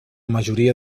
majoria